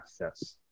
yes